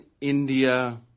India